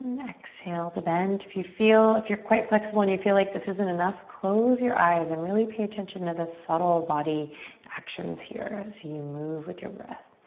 exhale to bend. if you feel, if you're quite flexible and you feel like this isn't enough, close your eyes and really pay attention to the subtle body actions here as you move with your breath.